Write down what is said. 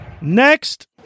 Next